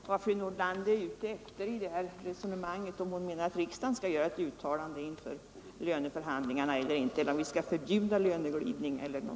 Herr talman! Jag är inte riktigt klar över vad fru Nordlander är ute efter i detta resonemang - om hon menar att riksdagen skall göra ett uttalande inför löneförhandlingarna eller om vi skall förbjuda löneglidning.